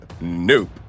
Nope